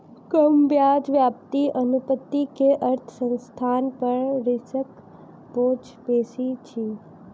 कम ब्याज व्याप्ति अनुपात के अर्थ संस्थान पर ऋणक बोझ बेसी अछि